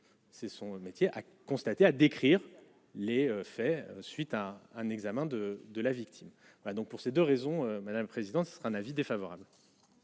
C'est son métier, a constaté à décrire les faits suite à un examen de de la victime, voilà donc pour ces 2 raisons, madame, président, ce sera un avis défavorable.